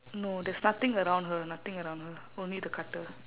no there's nothing around her nothing around her only the cutter